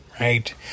Right